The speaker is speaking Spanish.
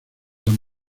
san